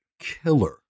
killer